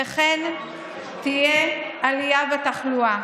וכן תהיה עלייה בתחלואה